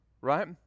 right